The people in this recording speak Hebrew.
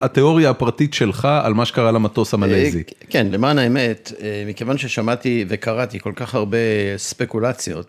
התיאוריה הפרטית שלך על מה שקרה למטוס המלאזי. כן, למען האמת, מכיוון ששמעתי וקראתי כל כך הרבה ספקולציות.